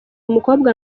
umukobwa